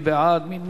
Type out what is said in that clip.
ההצעה להעביר את